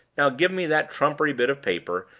now give me that trumpery bit of paper,